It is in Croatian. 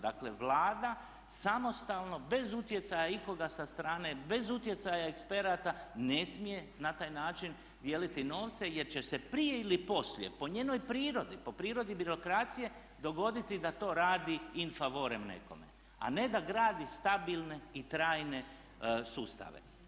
Dakle Vlada samostalno bez utjecaja ikoga sa strane, bez utjecaja eksperata ne smije na taj način dijeliti novce jer će se prije ili poslije po njenoj prirodi, po prirodi birokracije dogoditi da to radi in favorem nekome a ne da gradi stabilne i trajne sustave.